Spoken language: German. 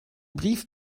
brief